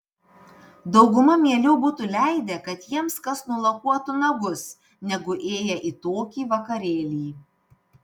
dauguma mieliau būtų leidę kad jiems kas nulakuotų nagus negu ėję į tokį vakarėlį